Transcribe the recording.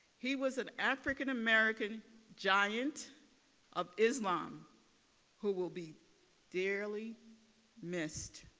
he was an african american giant of islam who will be dearly missed.